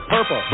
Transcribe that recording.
Purple